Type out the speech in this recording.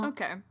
Okay